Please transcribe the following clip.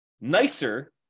nicer